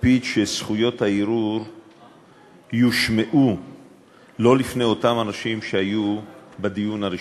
נקפיד שזכויות הערעור יושמעו לא לפני אותם אנשים שהיו בדיון הראשון,